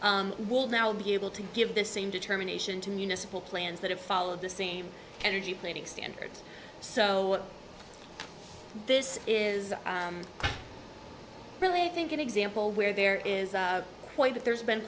will now be able to give the same determination to municipal plans that have followed the same energy plating standards so this is really i think an example where there is a point that there's been